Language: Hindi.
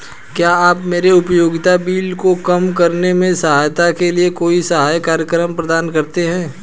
क्या आप मेरे उपयोगिता बिल को कम करने में सहायता के लिए कोई सहायता कार्यक्रम प्रदान करते हैं?